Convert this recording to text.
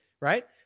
right